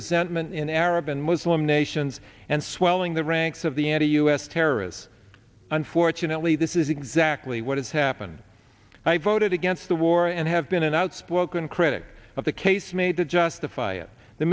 resentment in arab and muslim nations and swelling the ranks of the anti us terrorists unfortunately this is exactly what has happened i voted against the war and have been an outspoken critic of the case made to justify it the